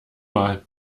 mal